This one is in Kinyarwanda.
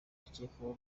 akekwaho